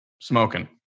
Smoking